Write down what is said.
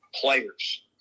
players